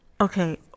Okay